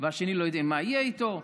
השני לא יודע מה יהיה איתו,